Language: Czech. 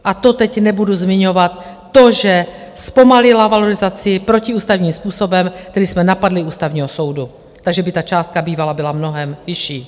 A to teď nebudu zmiňovat to, že zpomalila valorizaci protiústavním způsobem, který jsme napadli u Ústavního soudu, takže by ta částka bývala byla mnohem vyšší.